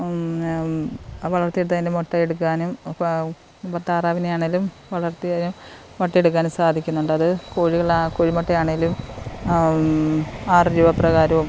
വളർത്തിയെടുത്ത് അതിൻ്റെ മുട്ട എടുക്കാനും ഇപ്പോൾ താറാവിനെ ആണേലും വളർത്തുന്നതിനും മുട്ട എടുക്കാനും സാധിക്കുന്നുണ്ട് അത് കോഴികൾ കോഴിമുട്ട ആണേലും ആറ് രൂപ പ്രകാരവും